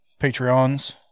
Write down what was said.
Patreons